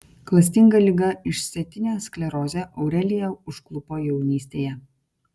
klastinga liga išsėtinė sklerozė aureliją užklupo jaunystėje